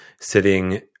sitting